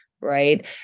Right